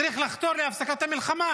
צריך לחתור להפסקת המלחמה.